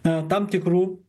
na tam tikrų